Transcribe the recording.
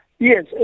Yes